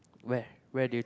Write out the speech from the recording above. where where did you